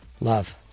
Love